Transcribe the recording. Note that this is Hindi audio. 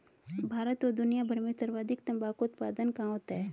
भारत और दुनिया भर में सर्वाधिक तंबाकू का उत्पादन कहां होता है?